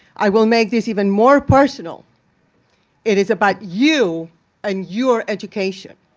i will make this even more personal it is about you and your education.